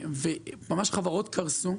חברות קרסו.